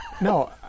no